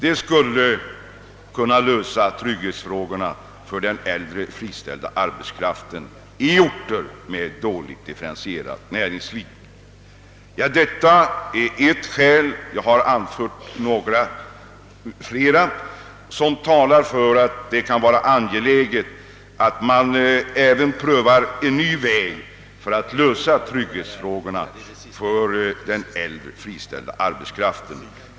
Det skulle kunna lösa trygghetsfrågorna för denna friställda arbetskraft i orter med dåligt differentierat näringsliv. Detta är ett skäl — jag har anfört några flera — som talar för att det kan vara angeläget att man även prövar en ny väg för att lösa trygghetsfrågorna för den äldre friställda arbetskraften.